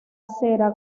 acera